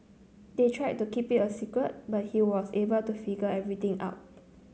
they tried to keep it a secret but he was able to figure everything out